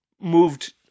moved